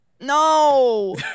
No